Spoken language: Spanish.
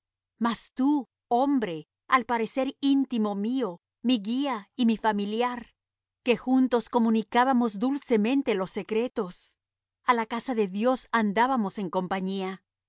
mas tú hombre al parecer íntimo mío mi guía y mi familiar que juntos comunicábamos dulcemente los secretos a la casa de dios andábamos en compañía